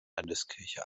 landeskirche